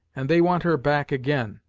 and they want her back again,